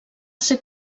ser